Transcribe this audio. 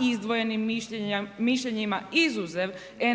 izdvojenim mišljenjem